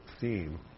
theme